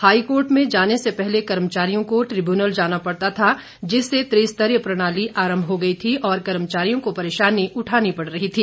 high court में जाने से पहले कर्मचारियों को ट्रिब्यूनल जाना पड़ता था जिससे त्रिस्तरीय प्रणाली आरंभ हो गई थी और कर्मचारियों को परेशानी उठानी पड़ रही थी